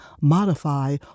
modify